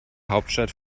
hauptstadt